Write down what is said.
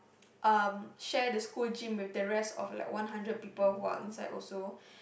um share the school gym with the rest of like one hundred people who are inside also